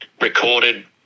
recorded